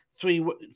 Three